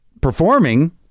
performing